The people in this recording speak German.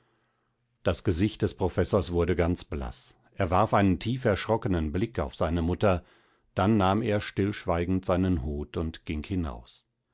das gesicht des professors wurde ganz blaß er warf einen tief erschrockenen blick auf seine mutter dann nahm er stillschweigend seinen hut und ging hinaus